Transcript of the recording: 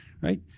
right